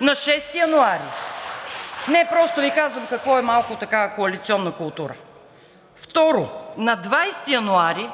за България“.) Не, просто Ви казвам какво е малко така коалиционна култура. Второ, на 20 януари